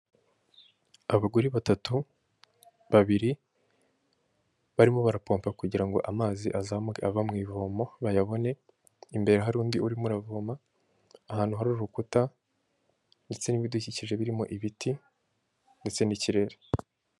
Abagore batatu babiri barimo barapompa kugira ngo amazi azamuke ava mu ivomo bayabone, imbere hari undi urimo uravoma, ahantu hari urukuta ndetse n'ibidukikije birimo ibiti ndetse n'ikirere.